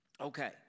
Okay